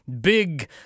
big